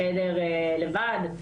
בחדר לבד,